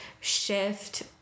shift